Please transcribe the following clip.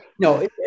no